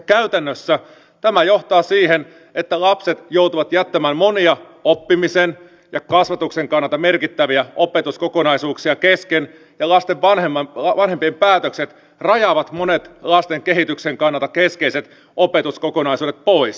käytännössä tämä johtaa siihen että lapset joutuvat jättämään monia oppimisen ja kasvatuksen kannalta merkittäviä opetuskokonaisuuksia kesken ja lasten vanhempien päätökset rajaavat monet lasten kehityksen kannalta keskeiset opetuskokonaisuudet pois